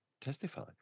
testify